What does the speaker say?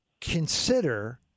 Consider